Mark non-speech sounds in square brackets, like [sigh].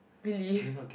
really [breath]